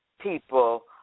people